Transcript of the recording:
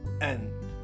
end